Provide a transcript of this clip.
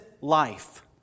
life